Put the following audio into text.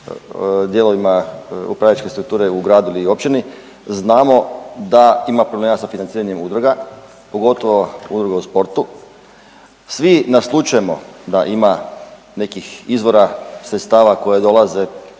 dijelovima upravljačke strukture u gradu ili općini znamo da ima problema sa financiranjem udruga, pogotovo udruga o sportu. Svi naslućujemo da ima nekih izvora, sredstava koje dolaze